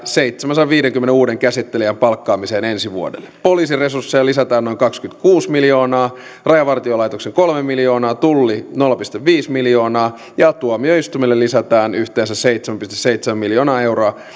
seitsemänsadanviidenkymmenen uuden käsittelijän palkkaamiseen ensi vuodelle poliisiresursseja lisätään noin kaksikymmentäkuusi miljoonaa rajavartiolaitokseen kolme miljoonaa tulliin nolla pilkku viisi miljoonaa ja tuomioistuimelle lisätään yhteensä seitsemän pilkku seitsemän miljoonaa euroa